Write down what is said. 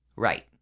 Right